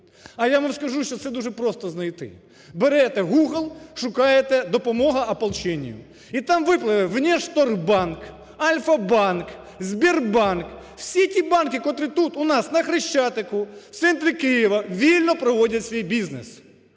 А я вам скажу, що це дуже просто знайти: берете Google, шукаєте "допомога ополченію". І там викладено: "Внешторгбанк", "Альфа-Банк", "Сбербанк", - всі ті банки, котрі тут у нас на Хрещатику, в центрі Києві вільно проводять свій бізнес.